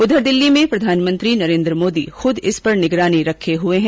उधर दिल्ली में भी प्रधानमंत्री नरेन्द्र मोदी खुद इस पर निगरानी रखे हुए है